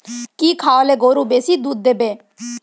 কি খাওয়ালে গরু বেশি দুধ দেবে?